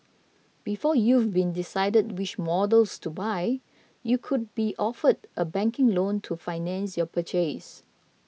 before you've even decided which models to buy you could be offered a banking loan to finance your purchase